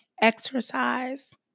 exercise